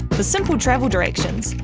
but simple travel directions,